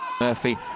Murphy